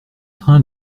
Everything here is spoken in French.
train